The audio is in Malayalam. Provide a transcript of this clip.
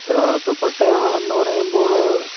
ഉത്തരവാദിത്തപ്പെട്ട ആളെന്നു പറയുമ്പോൾ